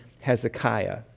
Hezekiah